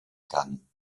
kann